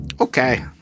okay